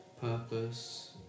purpose